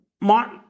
Mark